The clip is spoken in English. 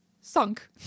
sunk